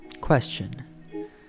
Question